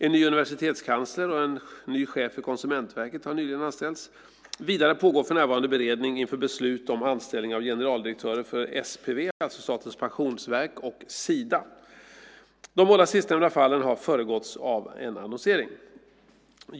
En ny universitetskansler och en ny chef för Konsumentverket har nyligen anställts. Vidare pågår för närvarande beredningen inför beslut om anställning av generaldirektörer för SPV, alltså Statens pensionsverk, och Sida. De båda sistnämnda fallen har föregåtts av en annonsering.